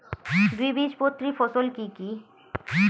দ্বিবীজপত্রী ফসল কি কি?